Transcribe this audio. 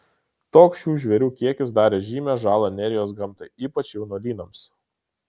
toks šių žvėrių kiekis darė žymią žalą nerijos gamtai ypač jaunuolynams